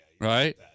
right